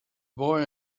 boy